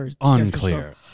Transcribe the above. unclear